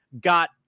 got